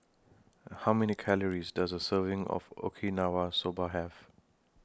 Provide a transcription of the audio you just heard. How Many Calories Does A Serving of Okinawa Soba Have